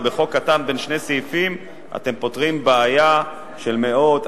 ובחוק קטן בן שני סעיפים אתם פותרים בעיה של מאות,